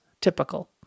Typical